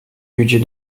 budget